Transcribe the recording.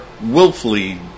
willfully